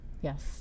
Yes